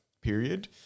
period